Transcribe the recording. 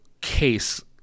case